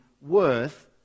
worth